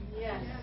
Yes